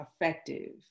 effective